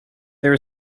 there